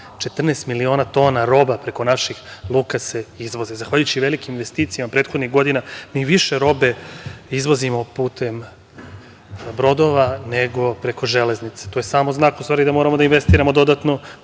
miliona tona roba preko naših luka se izvoze zahvaljujući velikim investicijama prethodnih godina mi više robe izvozimo putem brodova nego preko železnice. To je samo znak da moramo da investiramo dodatno